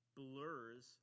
blurs